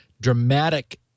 dramatic